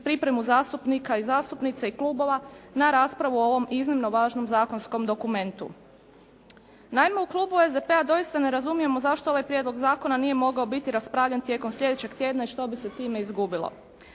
pripremu zastupnika i zastupnica i klubova na raspravu o ovom iznimno važnom zakonskom dokumentu. Naime u klubu SDP-a doista ne razumijemo zašto ovaj prijedlog zakona nije mogao biti raspravljen tijekom sljedećeg tjedna i što bi se time izgubilo.